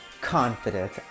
confident